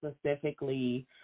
specifically